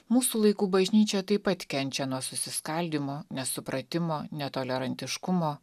mūsų laikų bažnyčia taip pat kenčia nuo susiskaldymo nesupratimo netolerantiškumo